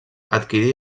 adquirí